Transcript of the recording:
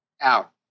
out